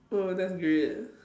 oh that's great